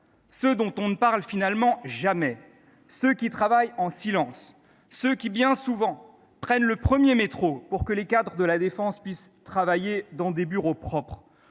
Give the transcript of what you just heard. ceux dont on ne parle finalement jamais, ceux qui travaillent en silence, ceux qui, bien souvent, prennent le premier métro pour que les cadres de La Défense puissent travailler dans des bureaux propres.